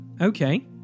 okay